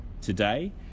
today